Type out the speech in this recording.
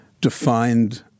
defined